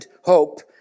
hope